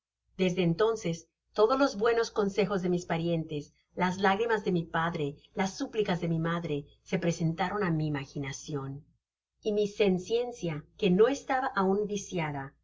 desde entonces todos los bueuos consejos de mis parientes las lágrimas de mi padre las súplicas de mi madre se presentaron á mi imaginacion y mi cenciencia que no estaba aun